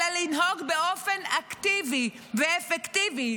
אלא לנהוג באופן אקטיבי ואפקטיבי,